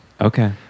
okay